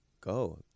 go